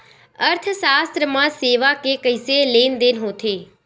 अर्थशास्त्र मा सेवा के कइसे लेनदेन होथे?